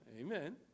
Amen